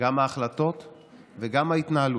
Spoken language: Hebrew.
השתלטות גלובלית.